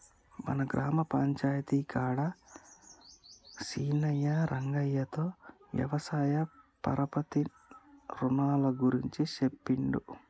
మన గ్రామ పంచాయితీ కాడ సీనయ్యా రంగయ్యతో వ్యవసాయ పరపతి రునాల గురించి సెప్పిండు